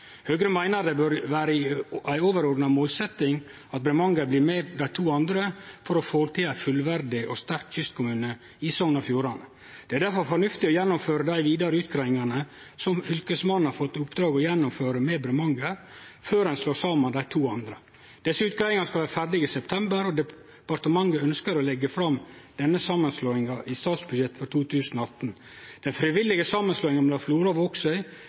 Høgre meiner det bør vere ei overordna målsetjing at Bremanger skal bli med dei to andre for å få til ein fullverdig og sterk kystkommune i Sogn og Fjordane. Det er difor fornuftig å gjennomføre dei vidare utgreiingane som Fylkesmannen har fått i oppdrag å gjennomføre med Bremanger, før ein slår saman dei to andre. Desse utgreiingane skal vere ferdige i september, og departementet ønskjer å leggje fram denne samanslåinga i statsbudsjettet for 2018. Den frivillige samanslåinga mellom Flora